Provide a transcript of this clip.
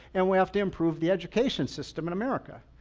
and we'll have to improve the education system in america.